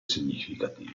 significativi